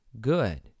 good